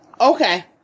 Okay